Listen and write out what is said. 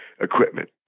equipment